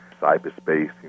cyberspace